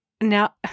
Now